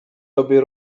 tobie